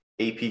ap